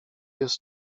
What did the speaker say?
jest